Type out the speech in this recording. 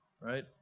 right